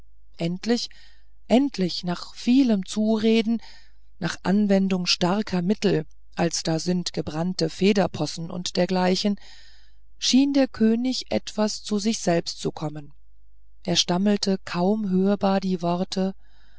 endlich endlich nach vielem zureden nach anwendung starker mittel als da sind gebrannte federposen und dergleichen schien der könig etwas zu sich selbst zu kommen er stammelte kaum hörbar die worte